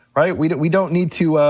right? we don't we don't need to